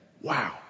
Wow